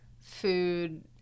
food